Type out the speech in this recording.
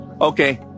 okay